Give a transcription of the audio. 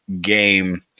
game